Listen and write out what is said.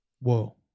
Whoa